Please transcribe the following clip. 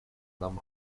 нам